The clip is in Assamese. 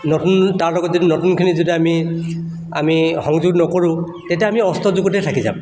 নতুন তাৰ লগত যদি নতুনখিনি যদি আমি আমি সংযোগ নকৰোঁ তেতিয়া আমি অস্ত যুগতে থাকি যাম